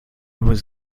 was